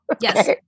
Yes